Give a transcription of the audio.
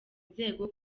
inzego